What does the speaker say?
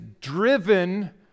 driven